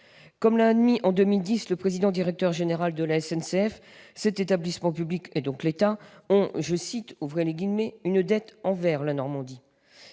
Comme l'a admis en 2010 le président-directeur général de la SNCF, cet établissement public, et donc l'État, ont « une dette envers la Normandie ».